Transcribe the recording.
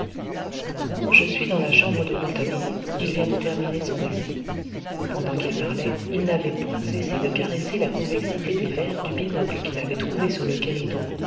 je suis dans la chambre de rouletabille il vient de terminer son récit pendant qu'il parlait il n'avait point cessé de caresser la convexité des verres du binocle qu'il avait trouvé sur le guéridon